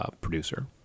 producer